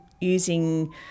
using